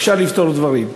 אפשר לפתור דברים.